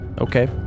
Okay